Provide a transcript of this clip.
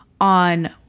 on